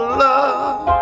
love